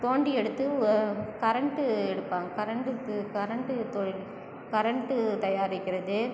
தோண்டி எடுத்து கரண்ட்டு எடுப்பாங்க கரண்டுக்கு கரண்டு தொழில் கரண்ட்டு தயாரிக்கிறது